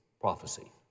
prophecy